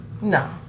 No